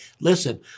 Listen